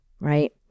right